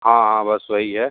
हाँ हाँ बस वही है